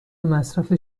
مصرف